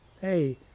hey